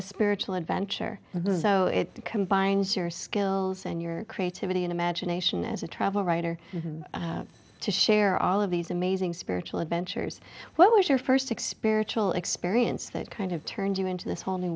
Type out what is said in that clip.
spiritual adventure and it combines your skills and your creativity and imagination as a travel writer to share all of these amazing spiritual adventures what was your first experimental experience that kind of turned you into this whole new